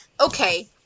Okay